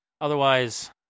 Otherwise